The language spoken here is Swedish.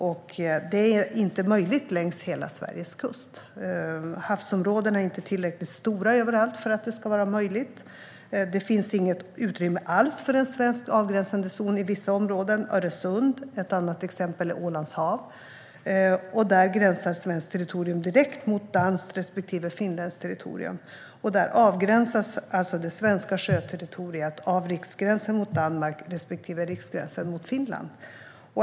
Detta är dock inte möjligt längs hela Sveriges kust. Havsområdena är inte tillräckligt stora överallt. I vissa områden finns inget utrymme alls för en svensk avgränsande zon, till exempel i Öresund och Ålands hav. Där gränsar svenskt territorium direkt mot danskt respektive finländskt territorium. Det svenska sjöterritoriet avgränsas alltså där av riksgränsen mot Danmark respektive riksgränsen mot Finland.